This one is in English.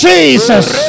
Jesus